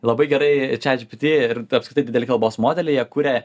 labai gerai čiat džipiti ir apskritai dideli kalbos modeliai jie kuria